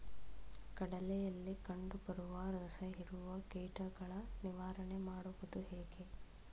ಕಡಲೆಯಲ್ಲಿ ಕಂಡುಬರುವ ರಸಹೀರುವ ಕೀಟಗಳ ನಿವಾರಣೆ ಮಾಡುವುದು ಹೇಗೆ?